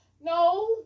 No